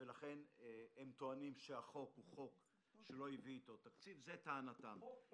הן טוענות שהחוק לא הביא איתו תקציב, זה טענתן.